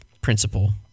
principle